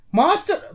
master